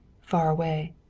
far away.